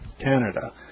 Canada